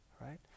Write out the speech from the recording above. right